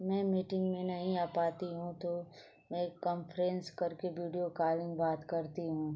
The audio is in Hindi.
मैं मीटिंग में नहीं आ पाती हूँ तो मैं कम्फ्रेंस करके बीडियो कालिंग बात करती हूँ